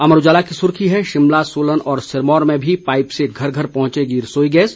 अमर उजाला की सुर्खी है शिमला सोलन और सिरमौर में भी पाइप से घर घर पहुंचेगी रसोई गैस